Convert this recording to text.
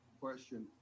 Question